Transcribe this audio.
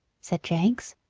said jakes.